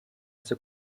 zur